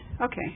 Okay